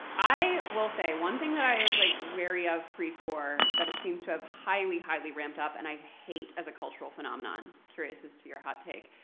i will say one thing that i was like wary of pre-quar that seems to have highly, highly ramped up and i hate as a cultural phenomenon, curious as to your hot take,